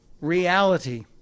reality